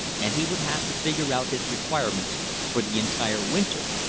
and he would have to figure out his requirements for the entire winter.